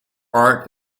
art